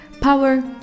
Power